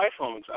iPhones